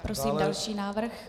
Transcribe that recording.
Prosím další návrh.